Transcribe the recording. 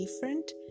different